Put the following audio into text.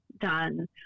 done